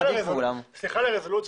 סליחה על הרזולוציות,